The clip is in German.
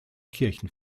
kirchen